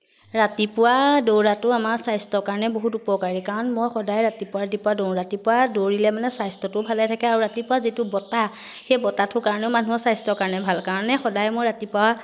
ৰাতিপুৱা দৌৰাটো আমাৰ স্বাস্থ্যৰ কাৰণে বহুত উপকাৰী কাৰণ মই সদায় ৰাতিপুৱা ৰাতিপুৱা দৌৰো ৰাতিপুৱা দৌৰিলে মানে স্বাস্থ্যটো ভালে থাকে আৰু ৰাতিপুৱা যিটো বতাহ সেই বতাহটোৰ কাৰণেও মানুহৰ স্বাস্থ্যৰ কাৰণে ভাল কাৰণে সদায় মই ৰাতিপুৱা